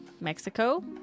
Mexico